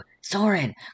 Soren